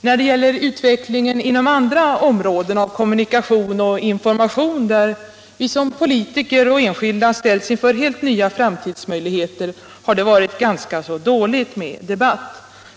När det gäller utvecklingen inom andra områden av kommunikation och information, där vi som politiker och enskilda ställs inför helt nya framtidsmöjligheter, har det varit dåligt med debatt.